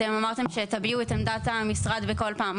אתם אמרתם שתביעו את עמדת המשרד בכל פעם,